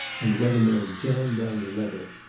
and wethermill jammed down the lever.